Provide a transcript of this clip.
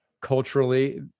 culturally